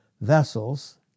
vessels